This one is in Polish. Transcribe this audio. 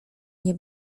nie